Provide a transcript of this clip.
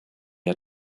had